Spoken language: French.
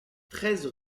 treize